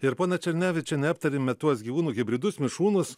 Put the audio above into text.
ir ponia černevičiene aptarėme tuos gyvūnų hibridus mišrūnus